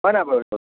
হয় নাই বাৰু